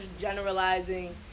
generalizing